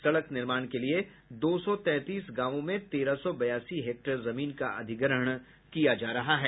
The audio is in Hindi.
सड़क निर्माण के लिए दो सौ तैंतीस गांवों में तेरह सौ बयासी हेक्टेयर जमीन का अधिग्रहण किया जा रहा है